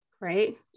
right